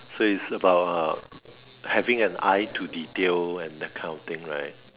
so is about uh having an eye to detail and that kind of thing right